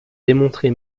démontrée